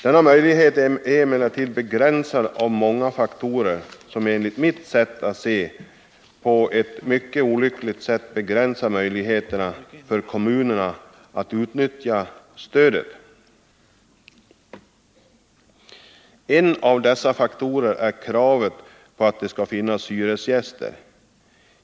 Denna möjlighet är emellertid begränsad av några faktorer, som enligt mitt sätt att se på ett mycket olyckligt sätt begränsar möjligheterna att utnyttja stödet. En av dessa faktorer är kravet på att det skall finnas hyresgäster.